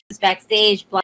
backstage